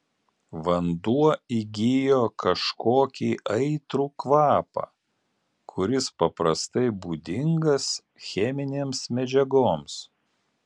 vanduo įgijo kažkokį aitrų kvapą kuris paprastai būdingas cheminėms medžiagoms